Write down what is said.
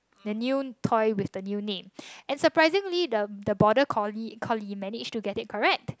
the new toy with the new name and surprisingly the the border collie collie managed to get it correct